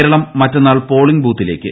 കേരളം മറ്റെന്നാൾ പോളിംഗ് ബൂത്തിലേയ്ക്ക്